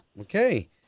Okay